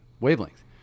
wavelength